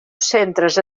centres